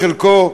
חלקו,